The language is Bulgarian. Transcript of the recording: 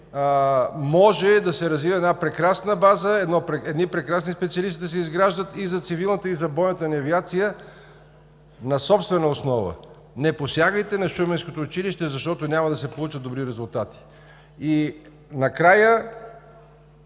може да се развие една прекрасна база, да се изграждат едни прекрасни специалисти и за цивилната, и за бойната ни авиация на собствена основа. Не посягайте на Шуменското училища, защото няма да се получат добри резултати. Накрая